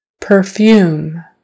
perfume